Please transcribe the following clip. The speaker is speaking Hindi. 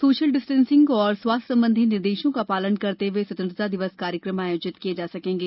सोशल डिस्टेशिंग और स्वास्थ्य संबंधी निर्देशों का पालन करते हुए स्वतंत्रता दिवस कार्यक्रम आयोजित किये जा सकेंगे